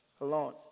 alone